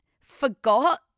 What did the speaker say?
forgot